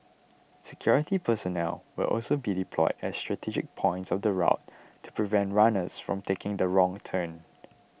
security personnel will also be deployed at strategic points of the route to prevent runners from taking the wrong turn